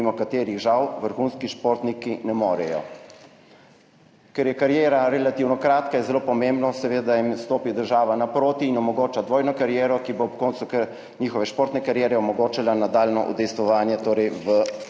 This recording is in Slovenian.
mimo katerih žal vrhunski športniki ne morejo. Ker je kariera relativno kratka, je zelo pomembno, da jim seveda država stopi naproti in omogoči dvojno kariero, ki bo ob koncu njihove športne kariere omogočala nadaljnje udejstvovanje v normalnem